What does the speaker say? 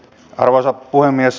arvoisa puhemies